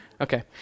Okay